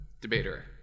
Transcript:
debater